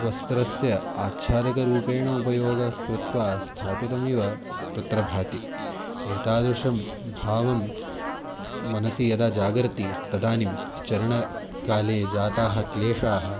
वस्त्रस्य आच्छादकरूपेण उपयोगं कृत्वा स्थापितमिव तत्र भाति एतादृशं भावं मनसि यदा जागर्ति तदानीं चरणकाले जाताः क्लेशाः